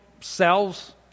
selves